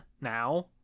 now